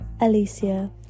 Alicia